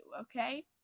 okay